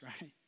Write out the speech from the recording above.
right